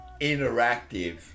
interactive